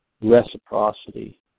reciprocity